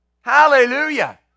Hallelujah